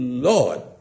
Lord